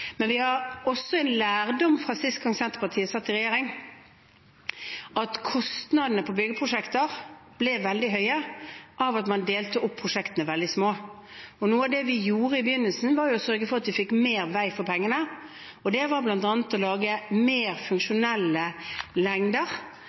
Men vi har også en lærdom fra siste gang Senterpartiet satt i regjering, at kostnadene for byggeprosjekter ble veldig høye ved at man delte opp prosjektene til å bli veldig små. Noe av det vi gjorde i begynnelsen, var å sørge for at vi fikk mer vei for pengene. Og det var bl.a. å lage mer